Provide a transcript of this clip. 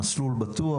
"מסלול בטוח",